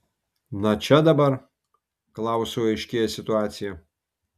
na čia dabar klausui aiškėja situacija